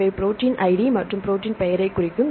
இவை protein id மற்றும் protein பெயரைக் குறிக்கும்